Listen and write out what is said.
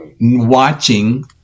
Watching